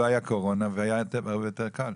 לא היה קורונה והיה יותר קל,